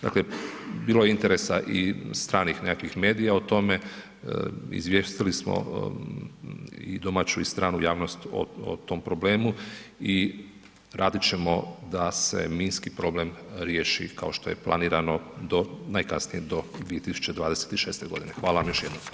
Dakle, bilo je interesa i stranih nekakvih medija o tome, izvijestili smo i domaću i stranu javnost o tom problemu i radit ćemo da se minski problem riješi kao što je planirano, najkasnije do 2026. g. Hvala vam još jednom.